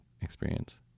experience